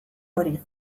hori